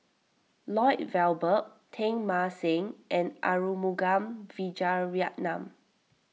Lloyd Valberg Teng Mah Seng and Arumugam Vijiaratnam